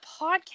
podcast